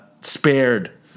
spared